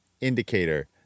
indicator